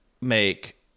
make